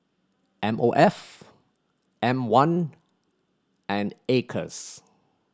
M O F M One and Acres